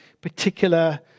particular